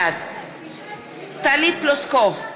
בעד טלי פלוסקוב,